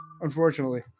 unfortunately